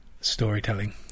storytelling